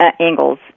angles